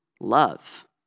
love